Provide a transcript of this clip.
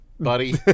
Buddy